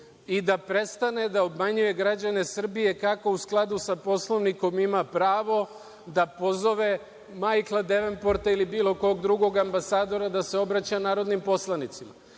i da prestane da obmanjuje građane Srbije kako u skladu sa Poslovnikom ima pravo da pozove Majkla Devenporta ili bilo kog drugog ambasadora da se obraća narodnim poslanicima.